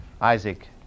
Isaac